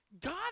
God